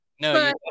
no